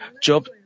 Job